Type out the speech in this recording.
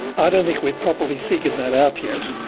i don't think we've properly figured that out yet.